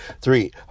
three